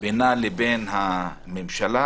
בינה לבין הממשלה,